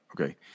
Okay